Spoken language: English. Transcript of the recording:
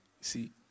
See